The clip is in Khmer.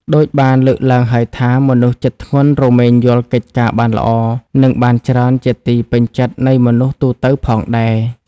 ដូចបានលើកឡើងហើយថា មនុស្សចិត្តធ្ងន់រមែងយល់កិច្ចការបានល្អ និងបានច្រើន ជាទីពេញចិត្តនៃមនុស្សទូទៅផងដែរ។